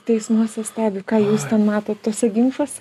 teismuose stebi ką jūs ten matot tuose ginčuose